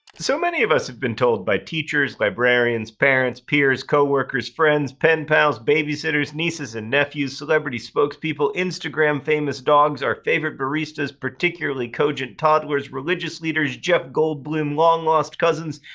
so, many of us have been told by teachers, librarians, parents, peers, coworkers, friends, pen pals, babysitters, nieces and nephews, celebrity spokespeople, instagram famous dogs, our favorite baristas, particularly cogent toddlers, religious leaders, jeff goldblum, long lost cousins,